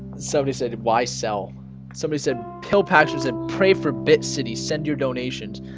somebody said why sell somebody said pill patches and pray for bit city send your donations